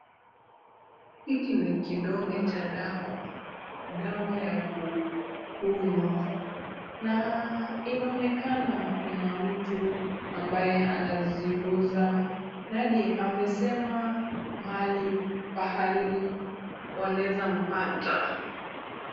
Hiki ni kidonge cha dawa, dawa ya kukunywa na inaonekana kuna mtu ambaye anaziuza na hadi amesema pahali wanaweza mpata.